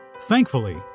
Thankfully